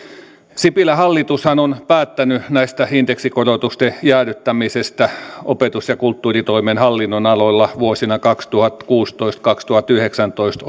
sipilän hallitushan on päättänyt näiden indeksikorotusten jäädyttämisestä opetus ja kulttuuritoimen hallinnonaloilla vuosina kaksituhattakuusitoista viiva kaksituhattayhdeksäntoista